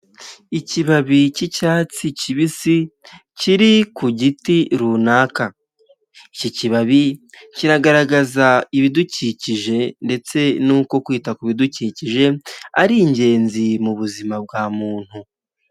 Ikibabi k'icyatsi kibisi kiri ku giti runaka, iki kibabi kiragaragaza ibidukikije ndetse n'uko kwita ku bidukikije ari ingenzi mu buzima bwa muntu.